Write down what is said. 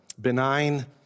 benign